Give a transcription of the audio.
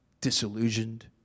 Disillusioned